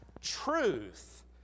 Truth